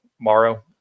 Morrow